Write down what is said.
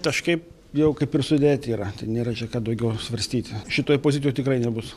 taškai jau kaip ir sudėti yra tai nėra čia ką daugiau svarstyti šitoj pozicijoj tikrai nebus